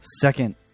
second